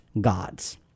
gods